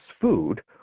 food